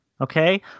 okay